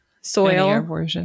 soil